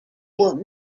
were